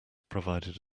provided